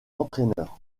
entraîneur